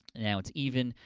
and now it's even.